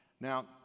Now